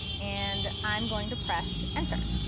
and i'm going to press enter.